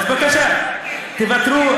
אז בבקשה, תוותרו